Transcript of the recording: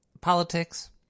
politics